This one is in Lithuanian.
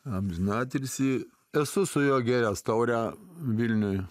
amžinatilsį esu su juo gėręs taurę vilniuj